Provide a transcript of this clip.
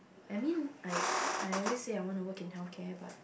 I mean I I always say I wanna work in healthcare but